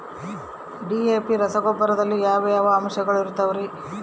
DAP ರಸಗೊಬ್ಬರದಲ್ಲಿ ಯಾವ ಯಾವ ಅಂಶಗಳಿರುತ್ತವರಿ?